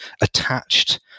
attached